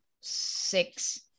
six